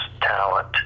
talent